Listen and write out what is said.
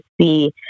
see